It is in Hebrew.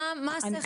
מה זה אומר?